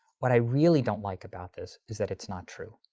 what i really don't like about this, is that it's not true.